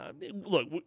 Look